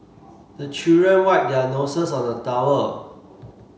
the children wipe their noses on the towel